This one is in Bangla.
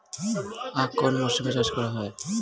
আখ কোন মরশুমে চাষ করা হয়?